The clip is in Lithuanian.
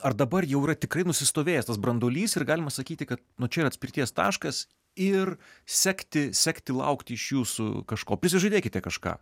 ar dabar jau yra tikrai nusistovėjęs tas branduolys ir galima sakyti kad nuo čia yra atspirties taškas ir sekti sekti laukti iš jūsų kažko prisižadėkite kažką